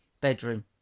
bedroom